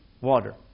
water